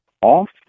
off